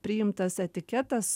priimtas etiketas